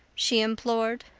she implored.